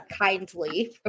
kindly